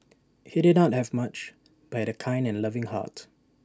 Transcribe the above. he did not have much but A kind and loving heart